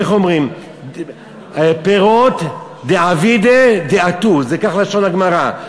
איך אומרים, פירות דעבידי דאתו, כך לשון הגמרא.